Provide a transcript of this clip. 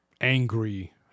angry